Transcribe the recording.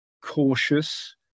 cautious